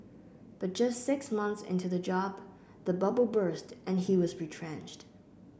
but just six months into the job the bubble burst and he was retrenched